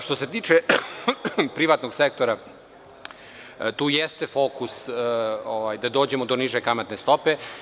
Što se tiče privatnog sektora, tu jeste fokus da dođemo do niže kamatne stope.